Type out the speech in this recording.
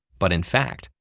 but in fact,